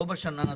לא בשנה הזאת,